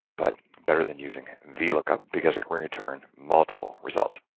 but better than using vlookup because it can return multiple results.